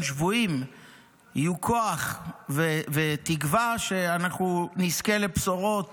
שבויים יהיה כוח ותקווה שאנחנו נזכה לבשורות